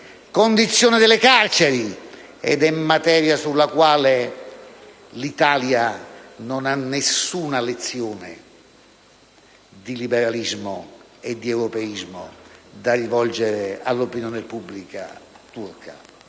condizioni delle carceri, materie sulle quali l'Italia non ha nessuna lezione di liberalismo e di europeismo da rivolgere all'opinione pubblica turca.